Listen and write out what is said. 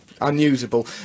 unusable